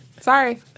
Sorry